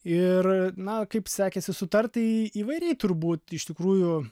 ir na kaip sekėsi sutart tai įvairiai turbūt iš tikrųjų